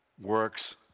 works